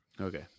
Okay